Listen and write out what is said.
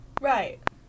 Right